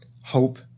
hope